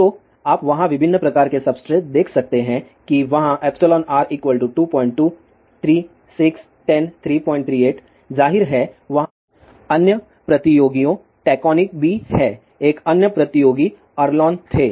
तो आप वहाँ विभिन्न प्रकार के सब्सट्रेट देख सकते हैं कि वहाँ εr 22 3 6 10 338 ज़ाहिर है वहाँ अन्य प्रतियोगियों टैक्ओनिक भी हैं एक अन्य प्रतियोगी अरलोन थे